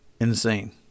insane